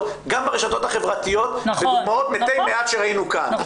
אלא גם ברשתות החברתיות וראינו כאן דוגמאות.